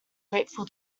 grateful